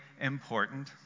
important